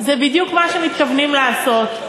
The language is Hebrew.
זה בדיוק מה שמתכוונים לעשות.